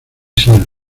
sal